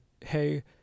hey